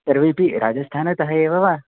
सर्वेऽपि राजस्थानतः एव वा